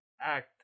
act